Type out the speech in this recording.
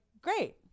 great